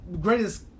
greatest